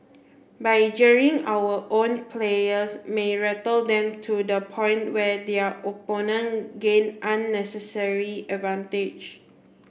but jeering our own players may rattle them to the point where their opponent gain unnecessary advantage